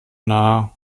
narr